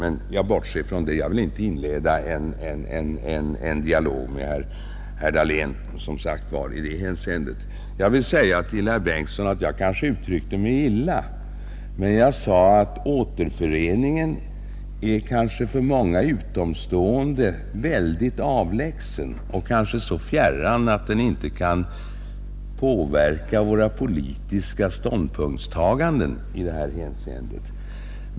Men jag bortser härifrån; jag vill som sagt inte inleda en dialog med herr Dahlén på det här stadiet. Jag kanske uttryckte mig illa, herr Bengtson, när jag sade att återföreningen för många utomstående kan synas väldigt avlägsen och så fjärran att den inte kan påverka våra politiska ståndpunktstaganden.